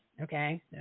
okay